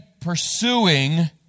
pursuing